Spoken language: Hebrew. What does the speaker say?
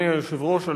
אדוני היושב-ראש,